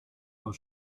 aus